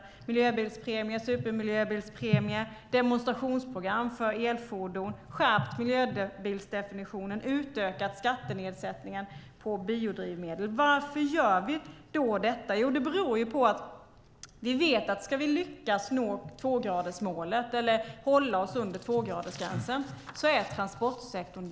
Vi har infört miljöbilspremie, supermiljöbilspremie och demonstrationsprogram för elfordon. Vi har skärpt miljöbilsdefinitionen och utökat skattenedsättningen på biodrivmedel. Varför gör vi detta? Jo, det beror på att vi vet att transportsektorn är den stora utmaningen om vi ska lyckas hålla oss under tvågradersgränsen.